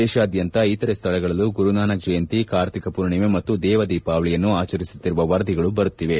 ದೇಶಾದ್ಯಂತ ಇತರೆ ಸ್ಥಳಗಳಲ್ಲೂ ಗುರು ನಾನಕ್ ಜಯಂತಿ ಕಾರ್ತಿಕ ಪೂರ್ಣಿಮಾ ಮತ್ತು ದೇವ ದೀಪಾವಳಿಯನ್ನು ಆಚರಿಸುತ್ತಿರುವ ವರದಿಗಳು ಬರುತ್ತಿವೆ